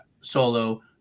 solo